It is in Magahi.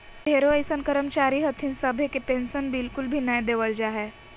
ढेरो अइसन कर्मचारी हथिन सभे के पेन्शन बिल्कुल भी नय देवल जा हय